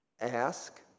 Ask